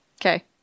Okay